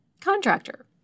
contractor